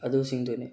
ꯑꯗꯨꯁꯤꯡꯗꯨꯅꯤ